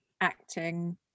acting